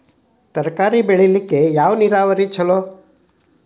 ತರಕಾರಿ ಬೆಳಿಲಿಕ್ಕ ಯಾವ ನೇರಾವರಿ ಛಲೋ?